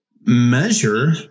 measure